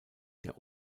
der